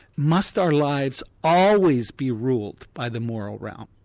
must our lives always be ruled by the moral ground?